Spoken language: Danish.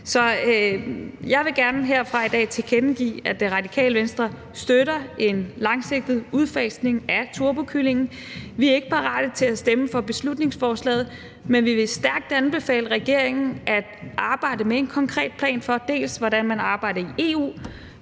Så jeg vil gerne herfra i dag tilkendegive, at Det Radikale Venstre støtter en langsigtet udfasning af turbokyllingen. Vi er ikke parate til at stemme for beslutningsforslaget, men vi vil stærkt anbefale regeringen at arbejde med en konkret plan, dels for hvordan man arbejder i EU